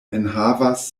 enhavas